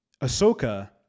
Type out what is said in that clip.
Ahsoka